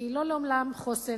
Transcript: כי לא לעולם חוסן,